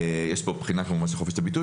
יש פה גם את הבחינה של חופש הביטוי.